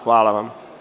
Hvala vam.